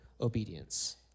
obedience